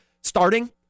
starting